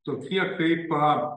tokie kaip